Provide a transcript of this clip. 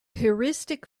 heuristic